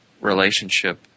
relationship